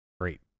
Great